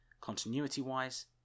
continuity-wise